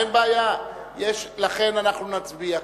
אין בעיה, לכן אנחנו נצביע כך.